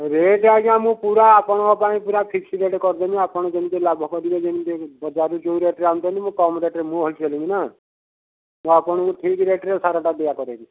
rate ଆଜ୍ଞା ମୁଁ ପୂରା ଆପଣଙ୍କ ପାଇଁ ପୂରା ଫିକ୍ସ ରେଟ୍ କରିଦେବି ଆପଣ ଯେମିତି ଲାଭ କରିବେ ଯେମିତି ବଜାରରେ ଯେଉଁ ରେଟ୍ରେ ଆଣୁଛନ୍ତି ମୁଁ କମ୍ ରେଟ୍ରେ ମୁଁ ହୋଲ୍ ସେଲିଂ ନା ମୁଁ ଆପଣଙ୍କୁ ଠିକ୍ ରେଟ୍ରେ ସାରଟା ଦିଆ କରାଇବି